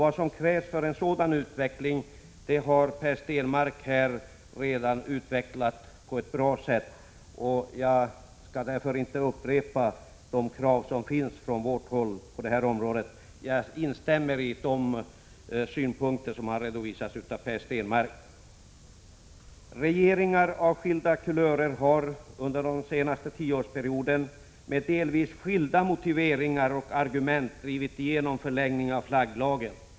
Vad som krävs för en sådan utveckling har Per Stenmarck redan utvecklat på ett bra sätt, och jag skall därför inte upprepa våra krav på det här området. Jag instämmer i hans synpunkter. Regeringar av skilda kulörer har, under den senaste tioårsperioden, med delvis skilda motiveringar och argument drivit igenom en förlängning av flagglagen.